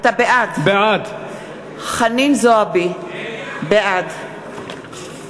בעד חנין זועבי, בעד